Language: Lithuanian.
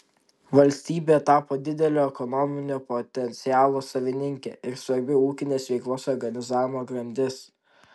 valstybė tapo didelio ekonominio potencialo savininkė ir svarbi ūkinės veiklos organizavimo grandis